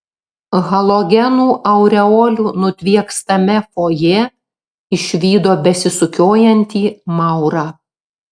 halogenų aureolių nutviekstame fojė išvydo besisukiojantį maurą